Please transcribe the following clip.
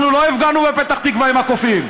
אנחנו לא הפגנו בפתח תקווה עם הקופים.